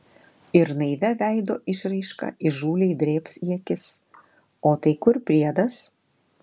ir naivia veido išraiška įžūliai drėbs į akis o tai kur priedas